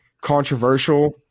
controversial